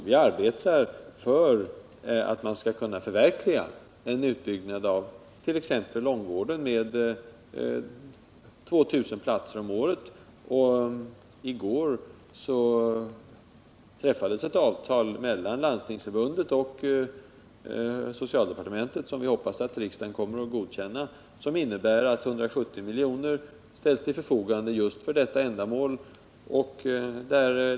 Vi arbetar för att förverkliga en utbyggnad av t.ex. långvården med 2 000 platser om året. I går träffades ett avtal mellan Landstingsförbundet och socialdepartementet — vi hoppas att riksdagen kommer att godkänna det - som innebär att 170 milj.kr. ställs till förfogande just för detta ändamål.